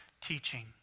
teaching